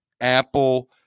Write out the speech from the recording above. Apple